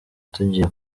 tugiye